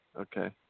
Okay